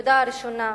הנקודה הראשונה,